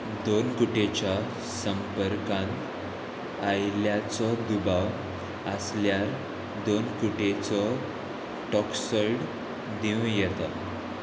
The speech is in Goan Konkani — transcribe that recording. दोन कुट्येच्या संपर्कांत आयिल्ल्याचो दुबाव आसल्यार दोन कुट्येचो टॉक्सड दिवूं येता